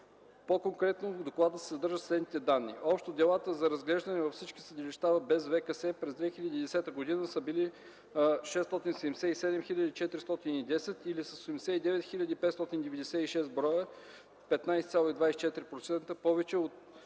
По-конкретно в доклада се съдържат следните данни. Общо делата за разглеждане във всички съдилища без ВКС през 2010 г. са били 677 хил. 410 или с 89 хил. 596 броя (15,24 %) повече от